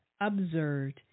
observed